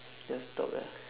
just talk ah